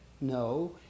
No